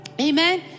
Amen